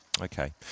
Okay